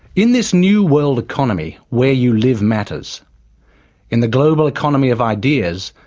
in this new world economy, where you live matters in the global economy of ideas,